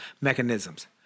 mechanisms